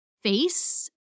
face